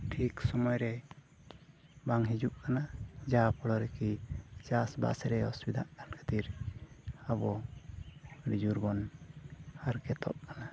ᱴᱷᱤᱠ ᱥᱚᱢᱚᱭ ᱨᱮ ᱵᱟᱝ ᱦᱤᱡᱩᱜ ᱠᱟᱱᱟ ᱡᱟᱦᱟᱸ ᱯᱷᱚᱞᱚᱨ ᱠᱤ ᱪᱟᱥ ᱵᱟᱥ ᱨᱮ ᱚᱥᱩᱵᱤᱫᱟᱜ ᱠᱟᱱ ᱠᱷᱟᱹᱛᱤᱨ ᱟᱵᱚ ᱟᱹᱰᱤ ᱡᱳᱨᱵᱚᱱ ᱦᱟᱨᱠᱮᱛᱚᱜ ᱠᱟᱱᱟ